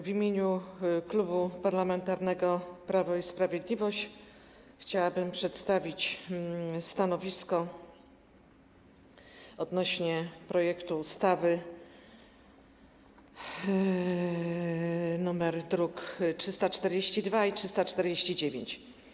W imieniu Klubu Parlamentarnego Prawo i Sprawiedliwość chciałabym przedstawić stanowisko odnośnie do projektu ustawy z druków nr 342 i 349.